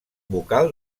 vocal